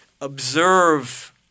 observe